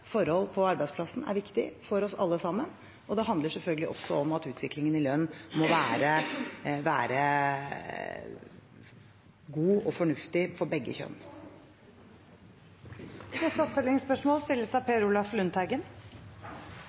forhold på arbeidsplassen er viktig for oss alle sammen, og det handler selvfølgelig også om at utviklingen i lønn må være god og fornuftig for begge kjønn. Per Olaf Lundteigen – til oppfølgingsspørsmål.